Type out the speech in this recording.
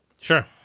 Sure